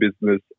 business